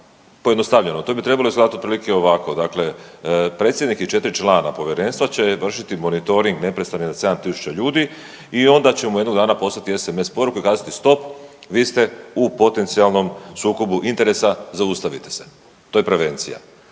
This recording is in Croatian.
Pojednostavljeno, to bi trebalo izgledati otprilike ovako dakle, predsjednik i 4 člana povjerenstva će vršiti moritoring neprestano nad 7000 ljudi i onda ćemo jednoga dana poslati sms poruku i kazati, stop, vi ste u potencijalnom sukobu interesa, zaustavite se. To je prevencija.